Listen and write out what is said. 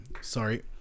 Sorry